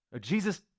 Jesus